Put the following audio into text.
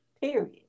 Period